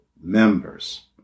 members